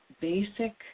basic